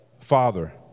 Father